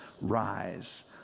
Rise